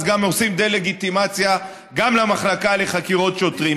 אז עושים דה-לגיטימציה גם למחלקה לחקירות שוטרים.